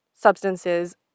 substances